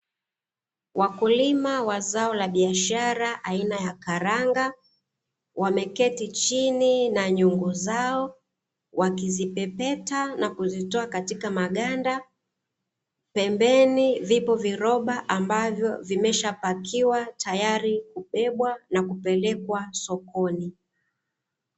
Wakulima wa zao la biashara aina ya karanga wameketi chini na nyungu zao, wakizipepeta na kuzitoa katika maganda, pembeni vipo viroba ambavyo vimeshapikiwa tayari kubebwa na kupelekwa sokoni.